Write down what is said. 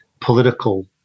political